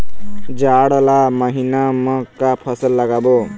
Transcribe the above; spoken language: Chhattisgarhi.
जाड़ ला महीना म का फसल लगाबो?